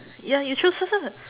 ya you choose first lah